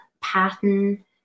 pattern